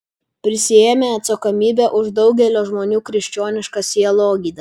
prisiėmė atsakomybę už daugelio žmonių krikščionišką sielogydą